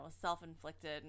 self-inflicted